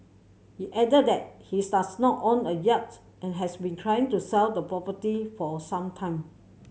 he added that he's does not own a yacht and has been trying to sell the property for some time